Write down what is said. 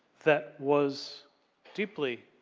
that was deeply